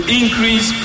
increase